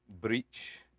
breach